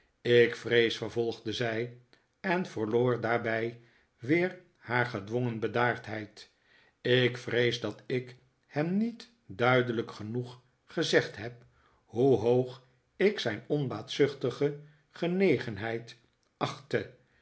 ik vrees vervolgde zij en verloor daarbij weer haar gedwongen bedaardheid ik vrees dat ik hem niet duidelijk genoeg gezegd heb hoe hoog ik zijn onbaatzuchtige genegenheid achtte